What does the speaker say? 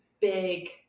big